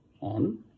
on